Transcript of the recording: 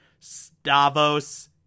Stavos